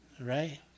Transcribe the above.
right